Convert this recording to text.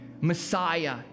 Messiah